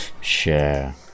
Share